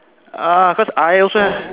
ah cause I also have